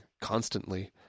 constantly